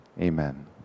Amen